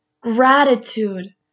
gratitude